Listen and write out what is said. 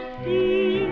see